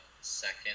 Second